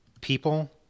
people